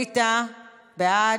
בעד,